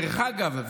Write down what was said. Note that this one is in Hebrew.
דרך אגב,